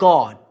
God